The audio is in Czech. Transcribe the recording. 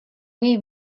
něj